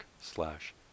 slash